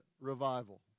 revival